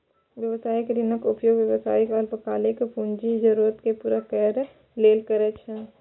व्यावसायिक ऋणक उपयोग व्यवसायी अल्पकालिक पूंजी जरूरत कें पूरा करै लेल करै छै